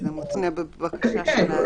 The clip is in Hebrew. זה מותנה בבקשה של האדם.